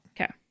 Okay